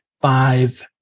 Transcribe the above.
Five